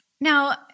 Now